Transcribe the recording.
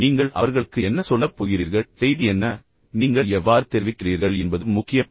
நீங்கள் அவர்களுக்கு என்ன சொல்லப் போகிறீர்கள் செய்தி என்ன நீங்கள் எவ்வாறு தெரிவிக்கிறீர்கள் என்பது முக்கியம்